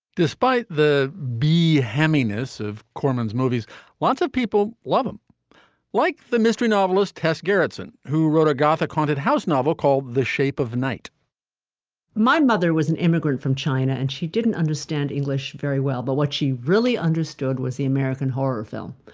despite the bee hammy ness of kaufman's movies lots of people love him like the mystery novelist test garretson who wrote a gothic haunted house novel called the shape of night my mother was an immigrant from china and she didn't understand english very well. but what she really understood was the american horror film.